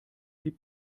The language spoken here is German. die